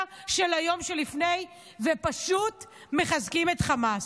של היום של לפני ופשוט מחזקים את חמאס.